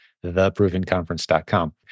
theprovenconference.com